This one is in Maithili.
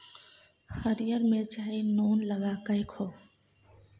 हरियर मिरचाई नोन लगाकए खो